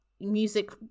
music